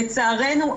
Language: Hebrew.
לצערנו,